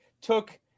took